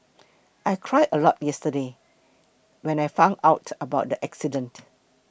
I cried a lot yesterday when I found out about the accident